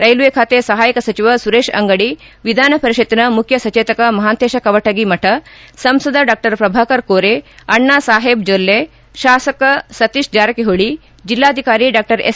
railway ಖಾತೆ ಸಹಾಯಕ ಸಚಿವ ಸುರೇಶ್ ಅಂಗಡಿ ವಿಧಾನಪರಿಷತ್ತಿನ ಮುಖ್ಯ ಸಚೇತಕ ಮಹಾಂತೇಶ ಕವಟಗಿ ಮಠ ಸಂಸದ ಡಾ ಪ್ರಭಾಕರ್ ಕೋರೆ ಅಣ್ಣಾ ಸಾಹೇಬ್ ಜೊಲ್ಲೆ ಶಾಸಕ ಸತೀಶ್ ಜಾರಕಿ ಹೊಳಿ ಜೆಲ್ಲಾಧಿಕಾರಿ ಡಾ ಎಸ್